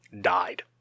died